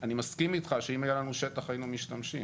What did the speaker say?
אני מסכים איתך שאם היה לנו שטח היינו משתמשים.